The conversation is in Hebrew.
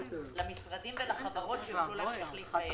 למשרדים ולחברות שיוכלו להמשיך ולהתקיים.